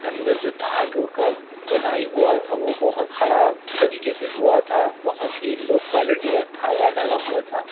اندر جو دھاگوں کا بنائی ہوا تھا وہ بہت خراب طریقے سے ہوا تھا بہت ہی لو کوالٹی کا دھاگہ لگا ہوا تھا